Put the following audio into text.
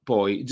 poi